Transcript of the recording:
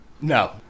No